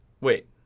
Wait